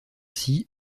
ainsi